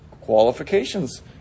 qualifications